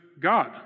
God